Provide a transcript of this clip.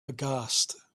aghast